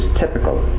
typical